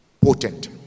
potent